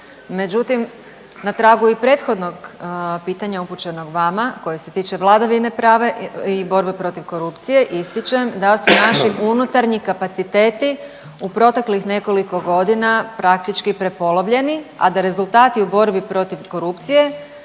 međutim na tragu i prethodnog pitanja upućenog vama koje se tiče vladavine prava i borbe protiv korupcije ističem da su naši unutarnji kapaciteti u proteklih nekoliko godina praktički prepolovljeni, a da rezultati u borbi protiv korupcije